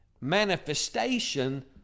manifestation